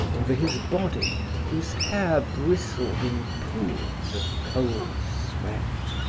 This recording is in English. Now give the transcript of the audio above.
over his body whose hair bristled in pools of cold sweat.